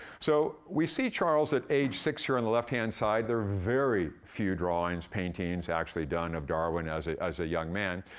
so we see charles at age six here on and the left-hand side. there are very few drawings, paintings actually done of darwin as a as a young man,